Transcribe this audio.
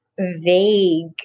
vague